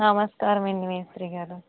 నమస్కారం అండి మేస్త్రి గారు